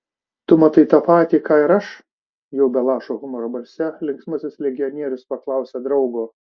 tu matai tą patį ką ir aš jau be lašo humoro balse linksmasis legionierius paklausė draugo